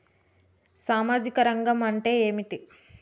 సామాజిక రంగం అంటే ఏమిటి?